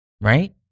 Right